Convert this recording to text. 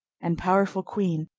and powerful queen,